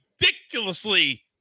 ridiculously